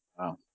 Wow